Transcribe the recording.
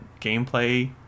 gameplay